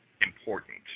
important